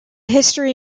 history